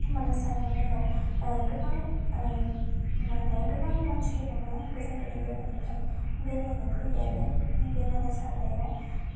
मानास हाग्रामायाव गोबां माहोनो गोबां मानसिफोरानो गोजान गोजान जायगानिफ्राय बेरायनो फैयो आरो बे मानास हाग्रायाव